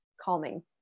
calming